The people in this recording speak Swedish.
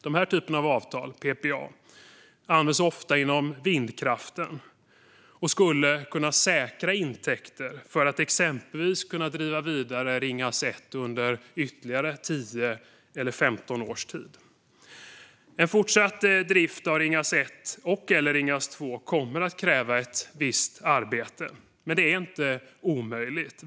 Denna typ av avtal, PPA, används ofta inom vindkraften och skulle kunna säkra intäkter för att exempelvis driva Ringhals 1 i ytterligare 10 eller 15 år. En fortsatt drift av Ringhals 1 och Ringhals 2 kommer att kräva ett visst arbete. Men det är inte omöjligt.